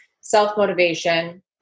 self-motivation